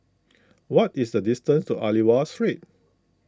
what is the distance to Aliwal Street